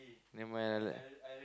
never mind ah let